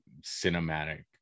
cinematic